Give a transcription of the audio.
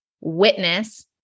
witness